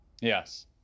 Yes